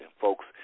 folks